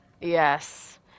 Yes